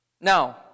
Now